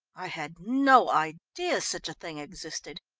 i had no idea such a thing existed.